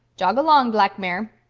jog along, black mare.